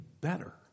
better